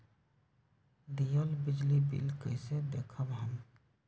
दियल बिजली बिल कइसे देखम हम?